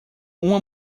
uma